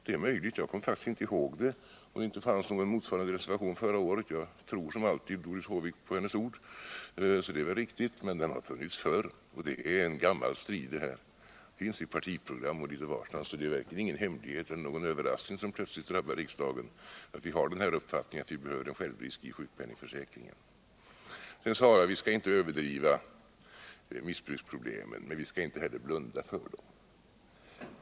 Det är möjligt — jag kommer faktiskt inte ihåg det — att det inte fanns någon motsvarande reservation förra året. Jag tror som alltid Doris Håvik på hennes ord. Men reservationer har funnits förut. Detta är en gammal stridsfråga. Den förekommer i partiprogrammen, så den är verkligen ingen hemlighet. Det kan inte vara någon överraskning som plöt gt har drabbat riksdagen att vi har den uppfattningen att det behövs en självrisk i sjukpenningförsäkringen. Jag sade att vi inte skall överdriva missbruksproblemen. Men vi skall inte heller blunda för dem.